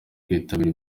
kwitabira